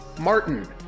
Martin